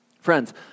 Friends